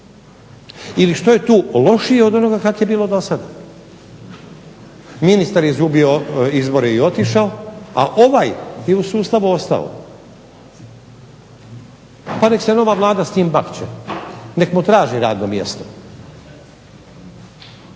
Ili što je tu lošije od onoga kako je bilo do sada, ministar je izgubio izbore i otišao a ovaj bi u sustavu ostao. Pa neka se nova Vlada s njim bakče, nek mu traži radno mjesto.